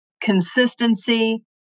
consistency